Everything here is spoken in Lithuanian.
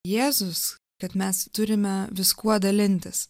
jėzus kad mes turime viskuo dalintis